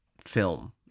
film